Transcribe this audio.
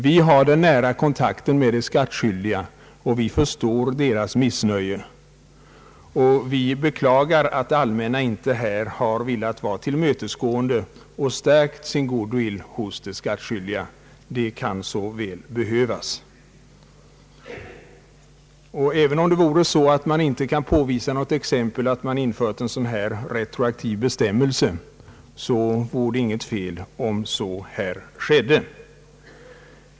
Vi har den nära kontakten med de skattskyldiga, och vi förstår deras missnöje. Vi beklagar att det allmänna i detta fall inte har velat vara tillmötesgående och stärka sin goodwill hos de skattskyldiga. Det kan så väl behövas. Även om det vore så, att man inte kan påvisa ett exempel på att man infört en retroaktiv bestämmelse av detta slag, så vore det inget fel om så skedde här.